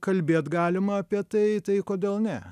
kalbėt galima apie tai tai kodėl ne